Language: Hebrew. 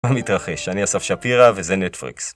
לא מתרחש, אני אסף שפירא וזה נטפרקס.